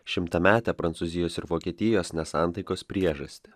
šimtametę prancūzijos ir vokietijos nesantaikos priežastį